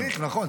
מה שצריך, נכון.